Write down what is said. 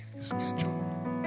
schedule